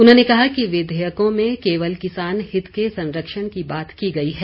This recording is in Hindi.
उन्होंने कहा कि विधेयकों में केवल किसान हित के संरक्षण की बात की गई है